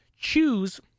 choose